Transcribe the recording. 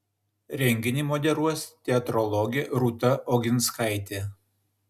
renginį moderuos teatrologė rūta oginskaitė